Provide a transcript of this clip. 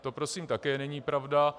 To prosím také není pravda.